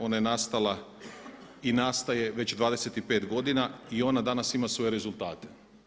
Ona je nastala i nastaje već 25 godina i ona danas ima svoje rezultate.